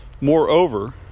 Moreover